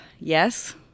Yes